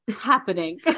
happening